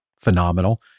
phenomenal